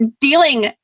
dealing